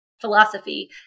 philosophy